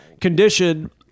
condition